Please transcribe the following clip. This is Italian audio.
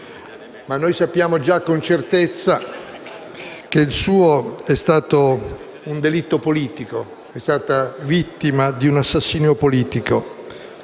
ma noi sappiamo già con certezza che il suo è stato un delitto politico. È stata vittima di un assassinio politico,